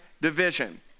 division